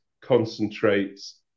concentrates